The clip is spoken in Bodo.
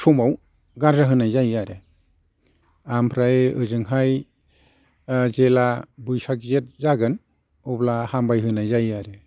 समाव गारजा होनाय जायो आरो आमफ्राय ओजोंहाय जेला बैसागिया जागोन अब्ला हामबाय होनाय जायो आरो